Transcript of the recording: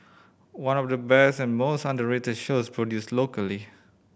one of the best and most underrated shows produced locally